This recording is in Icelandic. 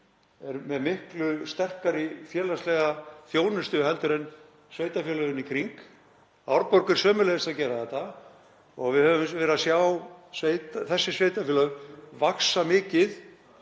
er með miklu sterkari félagslega þjónustu en sveitarfélögin í kring. Árborg er sömuleiðis að gera þetta. Við höfum verið að sjá þessi sveitarfélög vaxa mikið